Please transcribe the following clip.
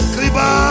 Kriba